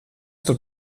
tur